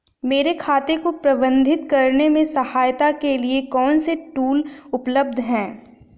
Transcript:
मेरे खाते को प्रबंधित करने में सहायता के लिए कौन से टूल उपलब्ध हैं?